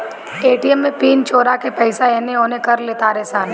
ATM में PIN चोरा के पईसा एने ओने कर लेतारे सन